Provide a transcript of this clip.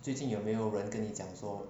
最近有没有人跟你讲说